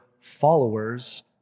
followers